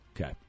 Okay